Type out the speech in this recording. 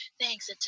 thanks